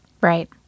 Right